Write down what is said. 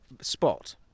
spot